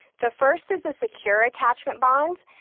the first is a secure attachment bond.